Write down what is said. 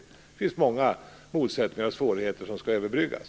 Det finns många motsättningar och svårigheter som skall överbryggas.